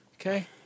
Okay